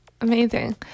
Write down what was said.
Amazing